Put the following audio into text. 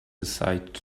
aside